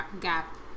gap